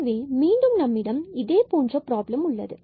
எனவே மீண்டும் நம்மிடம் இதேபோன்ற ப்ராப்ளம் உள்ளது